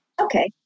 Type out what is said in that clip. Okay